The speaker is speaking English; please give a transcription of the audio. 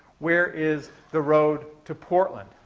where is the road to portland?